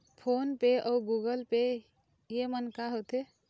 Phone पे अउ Google Pay येमन का होते?